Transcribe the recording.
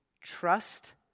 trust